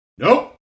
Nope